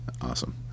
awesome